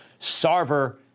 Sarver